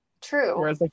True